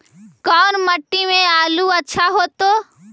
कोन मट्टी में आलु अच्छा होतै?